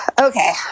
Okay